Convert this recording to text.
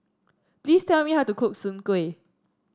please tell me how to cook Soon Kuih